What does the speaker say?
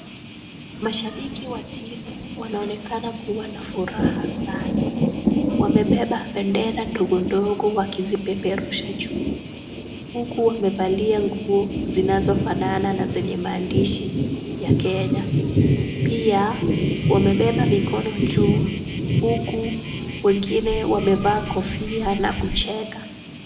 Mashabiki wa timu wanaonekana kuwa na furaha sana. Wamebeba bendera ndogo ndogo wakizipeperusha juu, huku wamevalia nguo zinazofanana na zenye maandishi ya Kenya. Pia wamebeba mikono juu, huku wengine wamevaa kofia na kucheka.